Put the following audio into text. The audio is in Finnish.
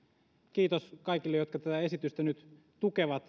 kiitos kaikille jotka tätä esitystä nyt tukevat